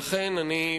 לכן אני,